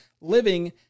living